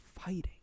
fighting